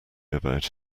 about